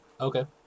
Okay